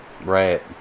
Right